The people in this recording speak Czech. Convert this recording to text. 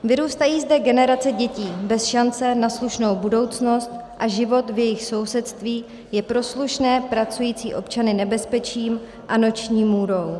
Vyrůstají zde generace dětí bez šance na slušnou budoucnost a život v jejich sousedství je pro slušné pracující občany nebezpečím a noční můrou.